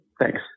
Thanks